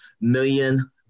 million